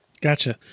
Gotcha